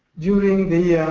during the